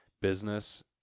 business